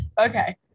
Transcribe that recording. okay